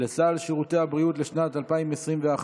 לסל שירותי הבריאות לשנת 2021),